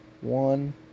One